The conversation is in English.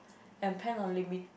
and plan on limit~